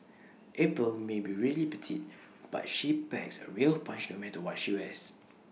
April may be really petite but she packs A real punch no matter what she wears